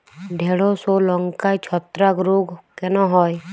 ঢ্যেড়স ও লঙ্কায় ছত্রাক রোগ কেন হয়?